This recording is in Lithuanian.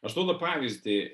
aš duodu pavyzdį